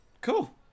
cool